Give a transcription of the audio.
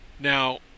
Now